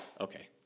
Okay